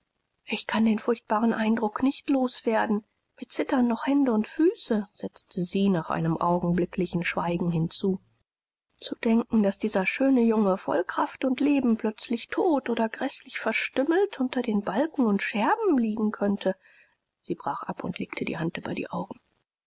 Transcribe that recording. ich kann den furchtbaren eindruck nicht los werden mir zittern noch hände und füße setzte sie nach einem augenblicklichen schweigen hinzu zu denken daß dieser schöne junge voll kraft und leben plötzlich tot oder gräßlich verstümmelt unter den balken und scherben liegen könnte sie brach ab und legte die hand über die augen